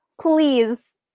please